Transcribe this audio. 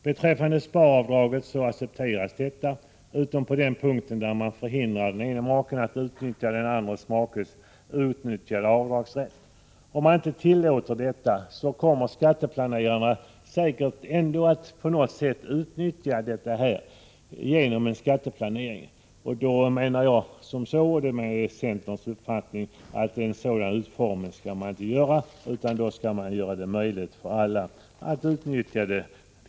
Beträffande sparavdraget accepteras detta, utom på den punkt där man förhindrar den ena maken att utnyttja den andra makens outnyttjade avdragsrätt. Om man inte tillåter detta, så kommer skatteplanerarna säkert att ändå på något sätt utnyttja avdraget. Det är centerpartiets uppfattning att man inte skall ha en sådan utformning, utan man skall göra det möjligt för alla att utnyttja avdraget.